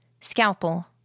Scalpel